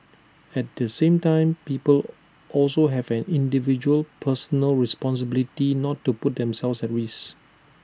at the same time people also have an individual personal responsibility not to put themselves at risk